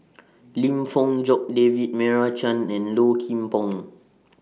Lim Fong Jock David Meira Chand and Low Kim Pong